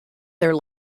their